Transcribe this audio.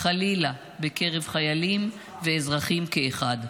חלילה בקרב חיילים ואזרחים כאחד.